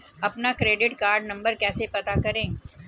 अपना credit card number कैसे पता करें?